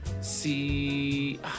See